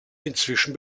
inzwischen